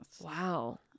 wow